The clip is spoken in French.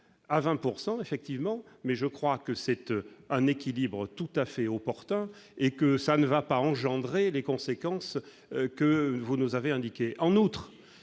à 20 % effectivement, mais je crois qu'il s'agit d'un équilibre tout à fait opportun, qui ne va pas susciter les conséquences que vous nous avez indiquées.